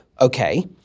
Okay